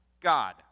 God